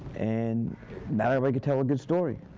and not everybody can tell a good story.